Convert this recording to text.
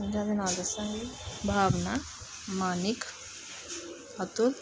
ਪੰਜਾਂ ਦੇ ਨਾਂ ਦੱਸਾਂਗੀ ਭਾਵਨਾ ਮਾਨਿਕ ਅਤੁਲ